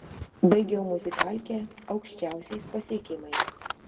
baigiau muzikalkę aukščiausiais pasiekimais